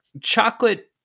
chocolate